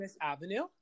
avenue